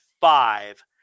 five